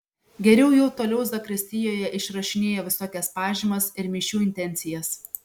geriau jau toliau zakristijoje išrašinėja visokias pažymas ir mišių intencijas